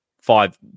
five